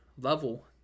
level